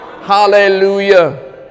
Hallelujah